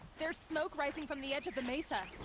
there's smoke rising from the edge of the mesa!